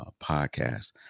podcast